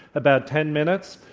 about ten minutes.